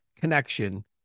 connection